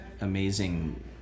amazing